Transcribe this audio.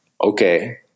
okay